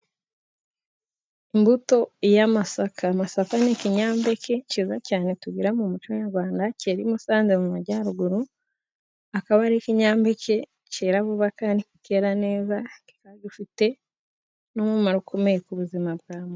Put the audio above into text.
Imbutoy'amasaka. Amasaka ni ikinyampeke kiza cyane tugira mu muco nyarwanda. Kera i Musanze mu majyaruguru. Akaba ari ikinyampeke cyera vuba kandi kera neza. kikaba gifite n'umumaro ukomeye ku buzima bwa muntu.